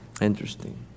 Interesting